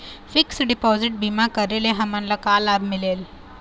Fix deposit बीमा करे ले हमनला का लाभ मिलेल?